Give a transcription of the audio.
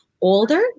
older